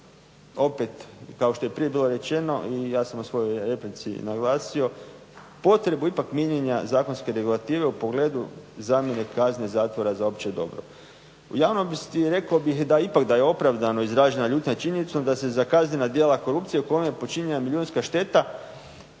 opet kao što je prije bilo rečeno i ja sam u svojoj replici naglasio, potrebu ipak mijenjanja zakonske regulative u pogledu zamjene kazne zatvora za opće dobro. U javnosti rekao bih ipak da je opravdano izražena ljutnja činjenicom da se za kaznena djela korupcije u kojem je počinjena milijunska šteta